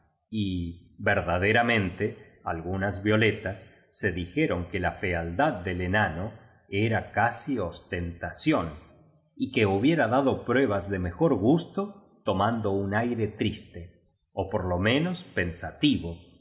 y verdaderamente algunas violetas se dijeron que la fealdad del enano era casi ostentación y que hubiera dado pruebas de mejor gusto tomando un aire triste ó por lo menos pensativo